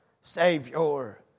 Savior